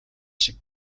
шиг